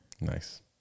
Nice